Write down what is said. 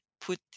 put